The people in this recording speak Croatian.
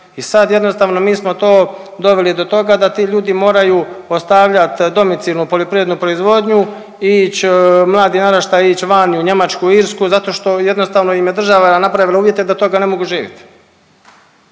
i sad jednostavno mi smo to doveli do toga da ti ljudi moraju ostavljat domicilnu poljoprivrednu proizvodnju i ići, mladi naraštaj ići van u Njemačku, Irsku zato što jednostavno im je država napravila uvjete da od toga ne mogu živjeti.